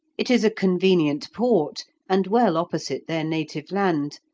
it is a convenient port, and well opposite their native land,